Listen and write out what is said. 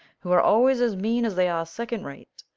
who are always as mean as they are second rate.